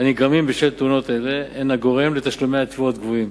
הנגרמים בשל תאונות אלה הן הגורם לתשלומי תביעות גבוהים.